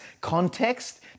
context